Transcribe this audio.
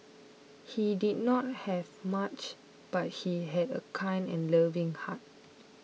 he did not have much but she had a kind and loving heart